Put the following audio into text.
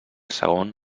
segon